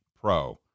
pro